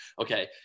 Okay